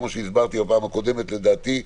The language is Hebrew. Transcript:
לדעתי,